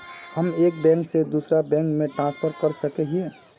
हम एक बैंक से दूसरा बैंक में ट्रांसफर कर सके हिये?